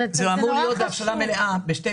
זה אמור להיות בשתי פעימות,